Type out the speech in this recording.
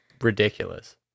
ridiculous